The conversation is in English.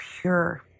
pure